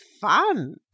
fun